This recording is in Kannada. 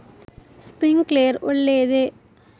ಸ್ಪಿರಿನ್ಕ್ಲೆರ್ ಒಳ್ಳೇದೇ?